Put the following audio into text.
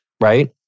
right